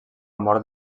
mort